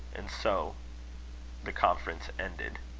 and so the conference ended.